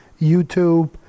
YouTube